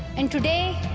and today